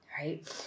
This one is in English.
right